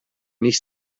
mis